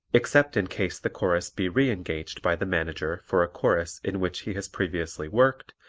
except in case the chorus be re-engaged by the manager for a chorus in which he has previously worked,